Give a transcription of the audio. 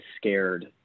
scared